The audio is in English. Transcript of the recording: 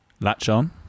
latch-on